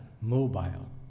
mobile